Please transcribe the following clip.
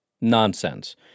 nonsense